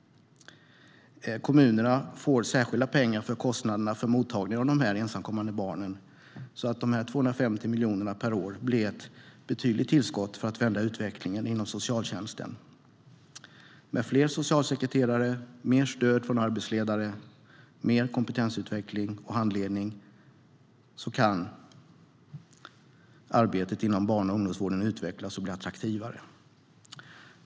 Kommunerna får särskilda pengar för kostnaderna för mottagningen av de ensamkommande barnen. De 250 miljonerna per år blir ett betydligt tillskott för att vända utvecklingen inom socialtjänsten. Med fler socialsekreterare, mer stöd från arbetsledare och mer kompetensutveckling och handledning kan arbetet inom barn och ungdomsvården utvecklas och bli attraktivare.